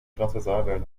transversalwellen